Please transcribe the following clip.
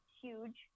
huge